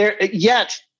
Yet-